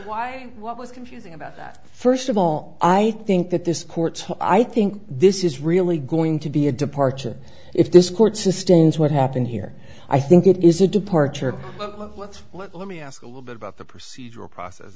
why what was confusing about that first of all i think that this court i think this is really going to be a departure if this court sustains what happened here i think it is a departure of let's let me ask a little bit about the procedural process